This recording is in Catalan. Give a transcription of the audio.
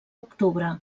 octubre